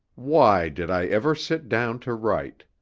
why did i ever sit down to write?